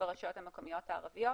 ברשויות המקומיות הערביות.